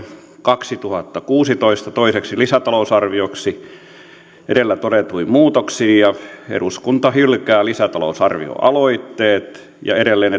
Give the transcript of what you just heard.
kaksituhattakuusitoista toiseksi lisätalousarvioksi edellä todetuin muutoksin ja eduskunta hylkää lisätalousarvioaloitteet ja edelleen